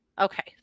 Okay